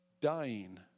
Dying